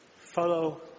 follow